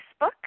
Facebook